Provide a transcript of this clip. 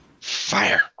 Fire